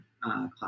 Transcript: class